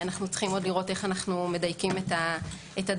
אנו צריכים לראות איך אנו מדייקים את זה,